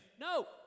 no